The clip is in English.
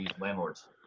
landlords